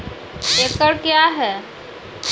एकड कया हैं?